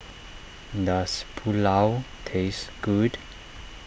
does Pulao taste good